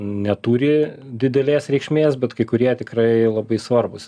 neturi didelės reikšmės bet kai kurie tikrai labai svarbūs